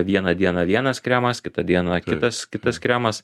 vieną dieną vienas kremas kitą dieną kitas kitas kremas